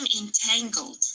entangled